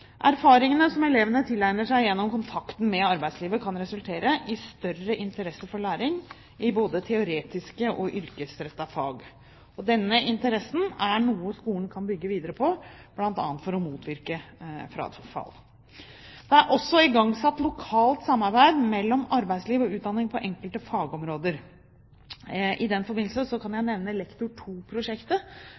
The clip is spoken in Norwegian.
Erfaringene som elevene tilegner seg gjennom kontakten med arbeidslivet, kan resultere i større interesse for læring i både teoretiske og yrkesrettede fag. Denne interessen er noe skolen kan bygge videre på bl.a. for å motvirke frafall. Det er også igangsatt lokalt samarbeid mellom arbeidsliv og utdanning på enkelte fagområder. I den forbindelse kan jeg nevne lektor II-prosjektet, som er startet på 40 skoler. I det prosjektet